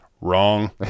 Wrong